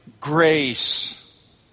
grace